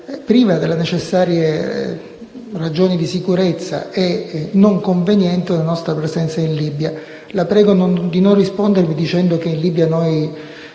priva delle necessarie ragioni di sicurezza e non conveniente la nostra presenza in Libia. La prego di non rispondere dicendo che in Libia noi